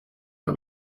our